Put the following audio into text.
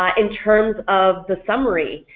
um in terms of the summary,